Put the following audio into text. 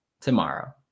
tomorrow